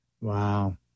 Wow